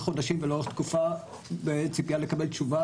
חודשים ולאורך תקופה בציפייה לקבל תשובה,